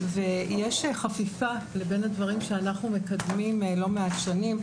יש חפיפה לבין הדברים כשאנחנו מקדמים לא מעט שנים,